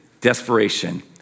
desperation